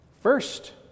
First